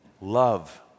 love